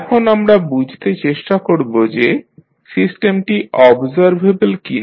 এখন আমরা বুঝতে চেষ্টা করব যে সিস্টেমটি অবজারভেবল কি না